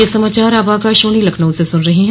ब्रे क यह समाचार आप आकाशवाणी लखनऊ से सुन रहे हैं